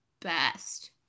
best